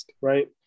right